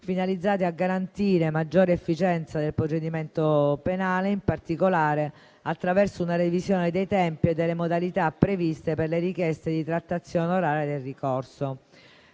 finalizzate a garantire maggiore efficienza del procedimento penale, in particolare attraverso una revisione dei tempi e delle modalità previste per le richieste di trattazione orale del ricorso.